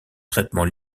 traitement